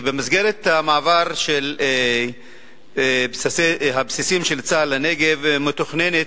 במסגרת המעבר של בסיסי צה"ל לנגב מתוכננת,